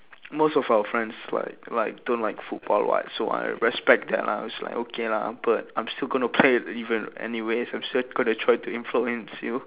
most of our friends like like don't like football [what] so I respect that lah it's like okay lah I'm still going to play the even anyway I'm still gonna try to influence you